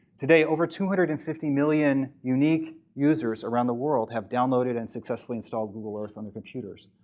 today over two hundred and fifty million unique users around the world have downloaded and successfully installed google earth on their computers.